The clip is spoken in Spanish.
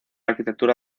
arquitectura